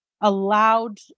allowed